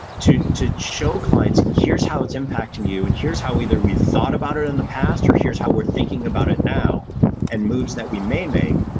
to to show clients here's how it's impacting you and here's how we either we thought about it in the past or here's how we're thinking about it now and moves that we may make,